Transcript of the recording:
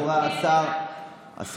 מעקב אחרי, איזו ועדה?